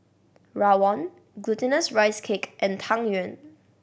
rawon Glutinous Rice Cake and Tang Yuen